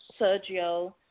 Sergio